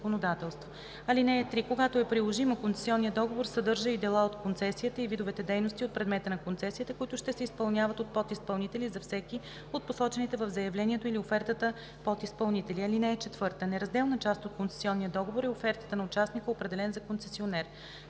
(3) Когато е приложимо, концесионният договор съдържа и дела от концесията и видовете дейности от предмета на концесията, които ще се изпълняват от подизпълнители, за всеки от посочените в заявлението или офертата подизпълнители. (4) Неразделна част от концесионния договор е офертата на участника, определен за концесионер.